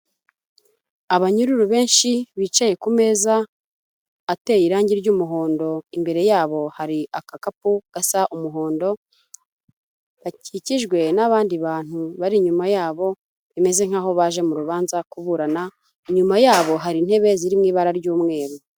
Abanyururu benshi bicaye ku meza ateye irangi ry'umuhondo, imbere yabo hari agakapu gasa umuhondo, bakikijwe n'abandi bantu bari inyuma yabo bimeze nkaho baje mu rubanza kuburana, inyuma yabo hari intebe ziri mu ibara ry'umweru.